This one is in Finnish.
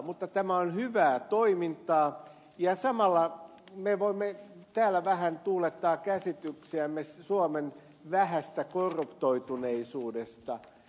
mutta tämä on hyvää toimintaa ja samalla me voimme täällä vähän tuulettaa käsityksiämme suomen vähästä korruptoituneisuudesta